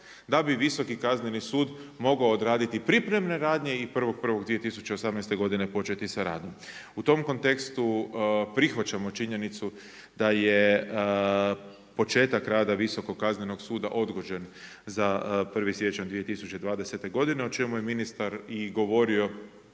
da bi Visoki kazneni sud mogao odraditi pripremne radnje i 1.1.2018. godine početi sa radom. U tom kontekstu prihvaćamo činjenicu da je početak rada Visokog kaznenog suda odgođen za 1. siječnja 2020. godine o čemu je ministar i govorio